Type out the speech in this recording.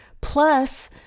Plus